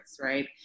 right